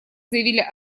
заявили